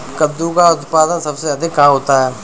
कद्दू का उत्पादन सबसे अधिक कहाँ होता है?